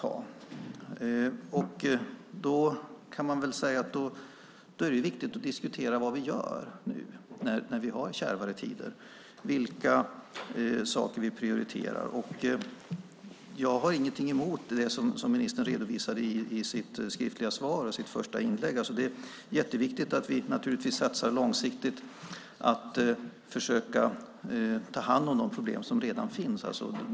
Man kan väl säga att det är viktigt att diskutera vad vi gör och vilka saker vi prioriterar när vi har kärvare tider. Jag har ingenting emot det som ministern redovisade i sitt skriftliga svar och i sitt första inlägg. Det är jätteviktigt att vi satsar långsiktigt och att vi försöker ta hand om de problem som redan finns.